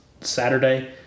Saturday